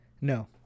No